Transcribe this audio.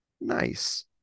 Nice